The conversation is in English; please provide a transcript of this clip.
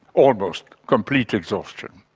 almost complete exhaustion.